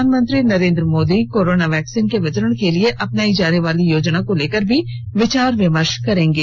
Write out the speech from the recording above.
प्रधानमंत्री Narendra Modi corona vaccine के वितरण के लिए अपनाई जाने वाली योजना को लेकर भी विचार विमर्श करेंगे